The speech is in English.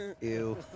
Ew